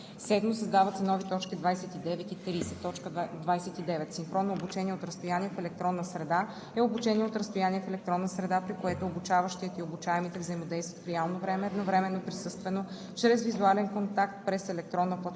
28. 7. Създават се нови т. 29 и 30: „29. „Синхронно обучение от разстояние в електронна среда“ е обучение от разстояние в електронна среда, при което обучаващият и обучаемите взаимодействат в реално време, едновременно, присъствено, чрез визуален контакт през електронна платформа.